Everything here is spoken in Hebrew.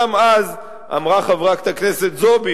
גם אז אמרה חברת הכנסת זועבי,